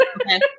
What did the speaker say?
Okay